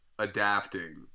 adapting